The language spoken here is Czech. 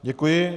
Děkuji.